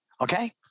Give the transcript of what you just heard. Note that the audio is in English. Okay